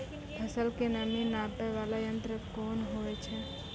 फसल के नमी नापैय वाला यंत्र कोन होय छै